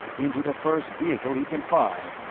into the first vehicle he can find,